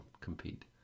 compete